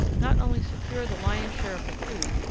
not only secure the lion's share of the food,